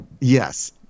Yes